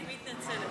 אני מתנצלת.